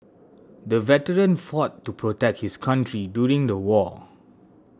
the veteran fought to protect his country during the war